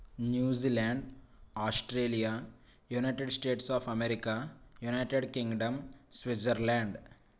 New Zealand Australia United States of America United Kingdom Switzerland